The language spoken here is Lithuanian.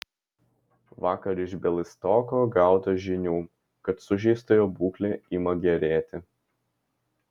vakar iš bialystoko gauta žinių kad sužeistojo būklė ima gerėti